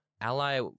ally